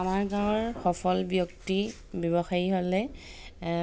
আমাৰ গাঁৱৰ সফল ব্যক্তি ব্যৱসায়ী হ'লে